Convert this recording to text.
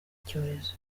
cyorezo